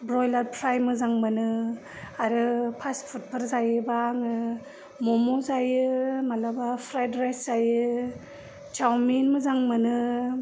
बइलार fry मोजां मोनो आरो फासपफुदफोर जायोबा आङो मम' जायो मालाबा फ्राइद राइस जायो चावमिन मोजां मोनो